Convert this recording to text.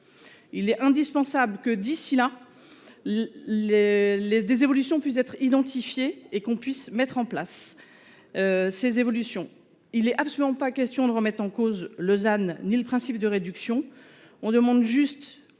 Il est indispensable que d'ici là les. Les des évolutions puissent être identifiés et qu'on puisse mettre en place. Ces évolutions, il est absolument pas question de remettre en cause Lausanne ni le principe de réduction. On demande juste.